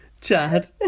Chad